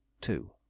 Two